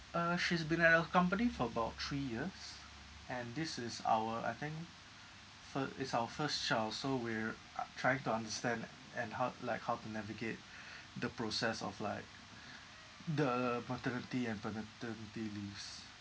uh she's been at her company for about three years and this is our I think fi~ it's our first child so we're uh trying to understand and how like how to navigate the process of like the maternity and paternity leaves